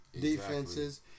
defenses